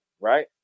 right